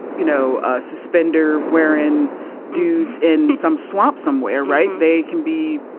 you know suspender wearing dudes in some swamp somewhere right. they can be